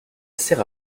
sert